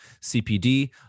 CPD